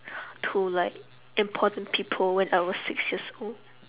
to like important people when I was six years old